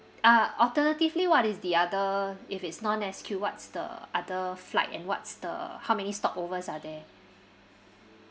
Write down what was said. ah alternatively what is the other if it's non S_Q what's the other flight and what's the how many stopovers are there